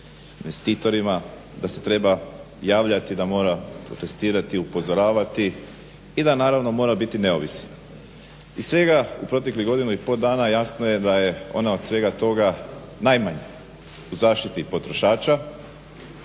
da se treba javljati da mora protestirati, upozoravati i da naravno mora biti neovisna. Iz svega u proteklih godinu i pol dana jasno je da je ona od svega toga najmanja u zaštiti potrošača